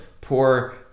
poor